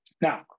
Now